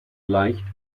leicht